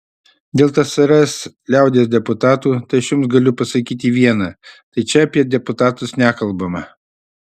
dėl tsrs liaudies deputatų tai aš jums galiu pasakyti viena tai čia apie deputatus nekalbama